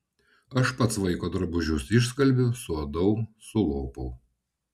aš pats vaiko drabužius išskalbiu suadau sulopau